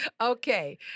Okay